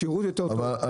הסכמתי, מה זה משנה.